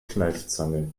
kneifzange